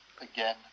again